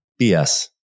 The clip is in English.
BS